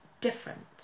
different